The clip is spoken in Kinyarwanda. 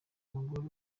umugore